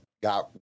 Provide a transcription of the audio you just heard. got